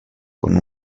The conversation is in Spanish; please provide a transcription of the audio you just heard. con